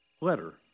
letter